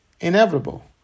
inevitable